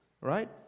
right